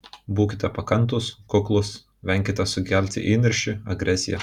būkite pakantūs kuklūs venkite sukelti įniršį agresiją